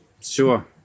Sure